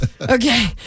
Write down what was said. Okay